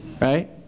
Right